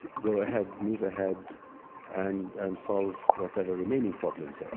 go ahead, move ahead and and solve whatever remaining problems there are.